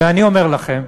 ואני אומר לכם,